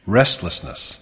restlessness